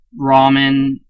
ramen